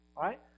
right